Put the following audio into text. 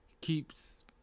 keeps